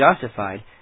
justified